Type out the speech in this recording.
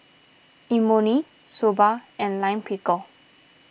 Imoni Soba and Lime Pickle